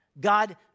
God